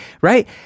Right